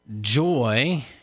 joy